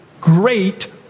great